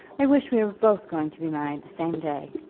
i wish we were both going to be married the same day.